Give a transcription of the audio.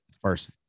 first